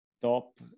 top